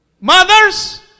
Mothers